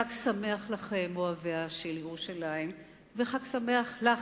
חג שמח לכם, אוהביה של ירושלים, וחג שמח לך,